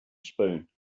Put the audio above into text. spoon